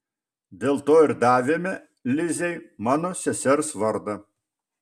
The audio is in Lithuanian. dėl to ir davėme lizei mano sesers vardą